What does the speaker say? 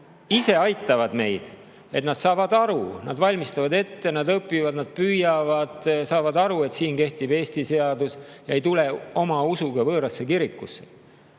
ise aitavad meid, et nad [mõistavad], nad valmistavad ette, nad õpivad, nad püüavad, saavad aru, et siin kehtib Eesti seadus, ega tule oma usuga võõrasse kirikusse.